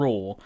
Raw